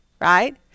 right